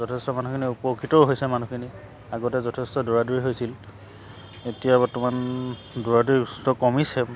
যথেষ্ট মানুহখিনি উপকৃতও হৈছে মানুহখিনি আগতে যথেষ্ট দৌৰা দৌৰি হৈছিল এতিয়া বৰ্তমান দৌৰা দৌৰি উৎস কমিছে